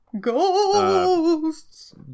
Ghosts